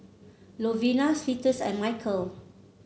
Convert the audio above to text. Lovina Cletus and Mykel